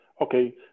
Okay